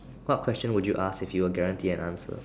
what question would you ask if you were guaranteed an answer